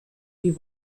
die